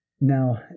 Now